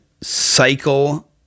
cycle